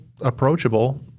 approachable